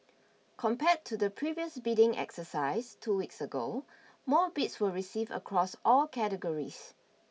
compared to the previous bidding exercise two weeks ago more bids were received across all categories